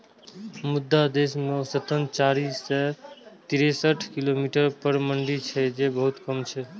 मुदा देश मे औसतन चारि सय तिरेसठ किलोमीटर पर मंडी छै, जे बहुत कम छै